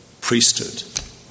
priesthood